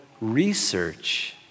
research